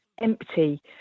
empty